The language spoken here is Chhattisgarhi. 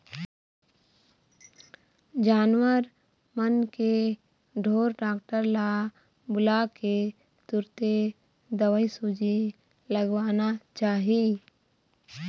जानवर मन के ढोर डॉक्टर ल बुलाके तुरते दवईसूजी लगवाना चाही